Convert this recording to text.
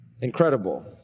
Incredible